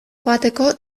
joateko